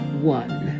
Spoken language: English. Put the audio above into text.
one